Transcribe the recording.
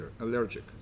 allergic